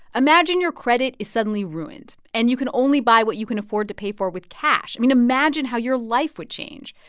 imagine your credit is suddenly ruined, and you can only buy what you can afford to pay for with cash. i mean, imagine how your life would change.